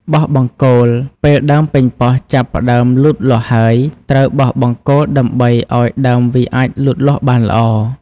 បោះបង្គោល ពេលដើមប៉េងប៉ោះចាប់ផ្តើមលូតលាស់ហើយ ត្រូវបោះបង្គោលដើម្បីឲ្យដើមវាអាចលូតលាស់បានល្អ។